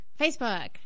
Facebook